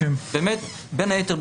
בין היתר,